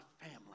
family